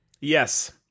yes